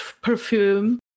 perfume